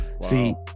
see